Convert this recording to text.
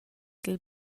dil